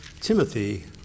Timothy